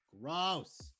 Gross